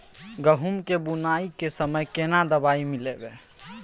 गहूम के बुनाई के समय केना दवाई मिलैबे?